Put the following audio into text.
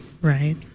Right